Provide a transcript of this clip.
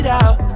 out